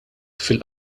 fil